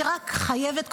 אני חייבת,